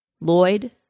Lloyd